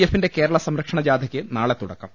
എഫിന്റെ കേരള സംരക്ഷണജാഥയ്ക്ക് നാളെ തുട ക്കം